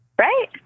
Right